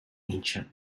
ancient